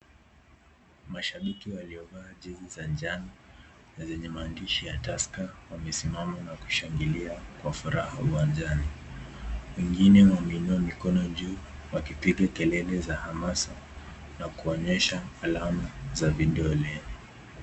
mashabiki walo vaa jezi za njano na zenye maandishi ya tusker wamesimama na kushangilia kwa furaha uwanjani wengine wameinua mikono juu wakipiga kelele za na kuonyesha alama za vidole